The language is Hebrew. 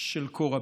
של כה רבים.